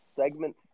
Segment